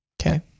Okay